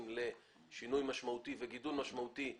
לשינוי משמעותי וגידול משמעותי בחוות,